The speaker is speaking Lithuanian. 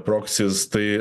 proksis tai